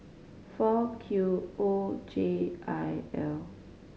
four Q O J I L